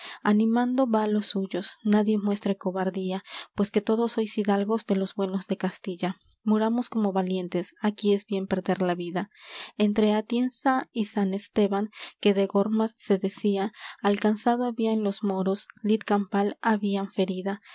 animando va los suyos nadie muestre cobardía pues que todos sois hidalgos de los buenos de castilla muramos como valientes aquí es bien perder la vida entre atienza y sant esteban que de gormaz se decía alcanzado habían los moros lid campal habían ferida don